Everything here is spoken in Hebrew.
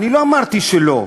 אני לא אמרתי שלא.